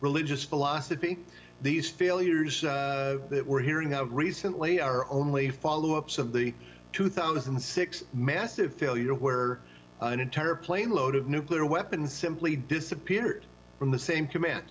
religious philosophy these failures that we're hearing out recently are only follow ups of the two thousand and six massive failure where an entire planeload of nuclear weapons simply disappeared from the same comman